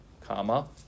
comma